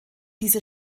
diese